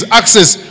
access